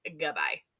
Goodbye